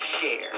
share